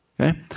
Okay